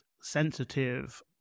sensitive